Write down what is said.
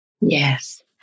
Yes